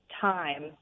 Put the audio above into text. time